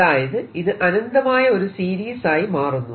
അതായത് ഇത് അനന്തമായ ഒരു സീരീസ് ആയി മാറുന്നു